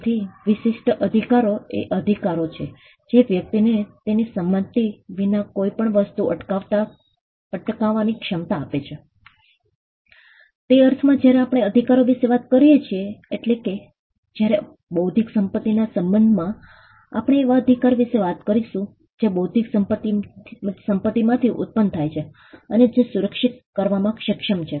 તેથી વિશિષ્ટ અધિકારો એ અધિકારો છે જે વ્યક્તિને તેની સંમતિ વિના કોઈ પણ વસ્તુ કરતા અટકાવવાની ક્ષમતા આપે છે તે અર્થમાં જ્યારે આપણે અધિકારો વિશે વાત કરીએ છીએ એટલે કે જ્યારે બૌદ્ધિક સંપત્તિના સંબંધમાં આપણે એવા અધિકાર વિશે વાત કરીશું જે બૌદ્ધિક સંપત્તિમાંથી ઉત્પન્ન થયા છે અને જે સુરક્ષિત કરવામાં સક્ષમ છે